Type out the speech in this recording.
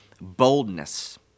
boldness